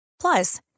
Plus